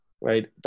Right